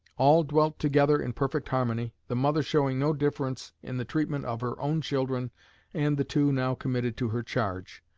all dwelt together in perfect harmony, the mother showing no difference in the treatment of her own children and the two now committed to her charge.